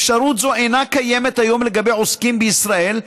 אפשרות זו אינה קיימת היום לגבי עוסקים בישראל,